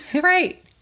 Right